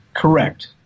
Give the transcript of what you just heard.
Correct